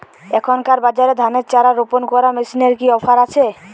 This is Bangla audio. এখনকার বাজারে ধানের চারা রোপন করা মেশিনের কি অফার আছে?